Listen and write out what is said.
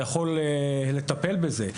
הוא יכול לטפל בזה,